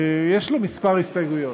יש לו כמה הסתייגויות.